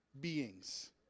beings